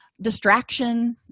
distraction